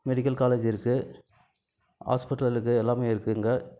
medical college இருக்குது ஹாஸ்பிட்டலுருக்கு எல்லாமே இருக்குது இங்கே